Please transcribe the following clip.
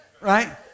Right